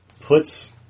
puts